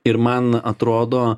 ir man atrodo